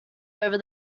over